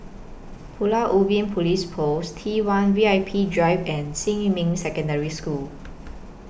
Pulau Ubin Police Post T one V I P Drive and Xinmin Secondary School